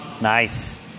Nice